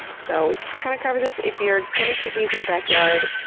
so, we kind of covered this. if you're going to keep bees in your backyard,